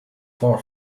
far